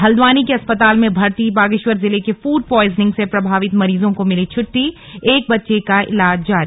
हल्द्वानी के अस्पताल में भर्ती बागेश्वर जिले के फूड प्वॉयजनिंग से प्रभावित मरीजों को मिली छट्टी एक बच्चे का इलाज जारी